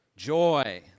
Joy